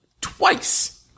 twice